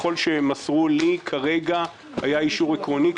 ככל שמסרו לי כרגע היה אישור עקרוני.